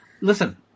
listen